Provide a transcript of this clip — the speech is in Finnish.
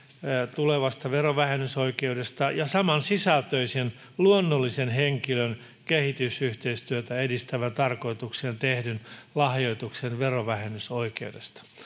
tulevasta verovähennysoikeudesta ja samansisältöisen luonnollisen henkilön kehitysyhteistyötä edistävään tarkoitukseen tehdyn lahjoituksen verovähennysoikeudesta